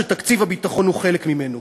שתקציב הביטחון הוא חלק ממנו.